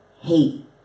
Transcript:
hate